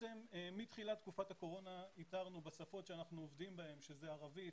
מתחילת תקופת הקורונה איתרנו בשפות שאנחנו עובדים בהן ערבית,